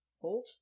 Hold